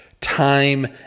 time